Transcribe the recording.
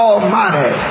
Almighty